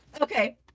Okay